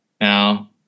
Now